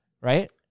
right